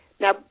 now